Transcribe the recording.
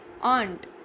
Aunt